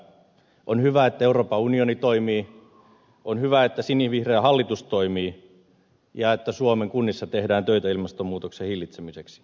on hyvä että euroopan unioni toimii on hyvä että sinivihreä hallitus toimii ja että suomen kunnissa tehdään töitä ilmastonmuutoksen hillitsemiseksi